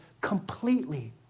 completely